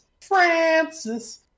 Francis